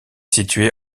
située